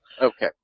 Okay